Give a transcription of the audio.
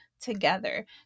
together